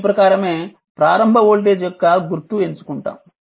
దీని ప్రకారమే ప్రారంభ వోల్టేజ్ యొక్క గుర్తు ఎంచుకుంటాం